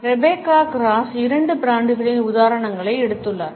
Rebecca Cross இரண்டு பிராண்டுகளின் உதாரணங்களை எடுத்துள்ளார்